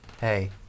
Hey